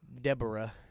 Deborah